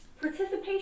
Participation